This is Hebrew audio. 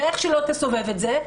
ואיך שלא תסובב את זה,